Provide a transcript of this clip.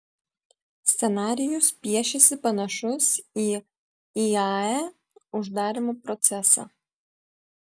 scenarijus piešiasi panašus į iae uždarymo procesą